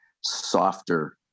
softer